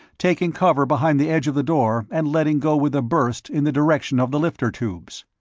taking cover behind the edge of the door and letting go with a burst in the direction of the lifter tubes.